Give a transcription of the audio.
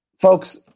Folks